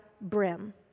brim